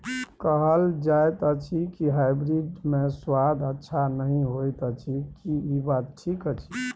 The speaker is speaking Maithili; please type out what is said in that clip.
कहल जायत अछि की हाइब्रिड मे स्वाद अच्छा नही होयत अछि, की इ बात ठीक अछि?